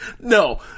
no